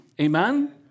Amen